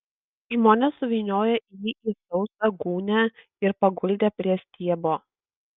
žmonės suvyniojo jį į sausą gūnią ir paguldė prie stiebo